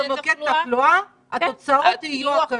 אם נבדוק במוקד תחלואה התוצאות יהיו אחרות.